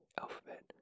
Alphabet